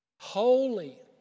Holy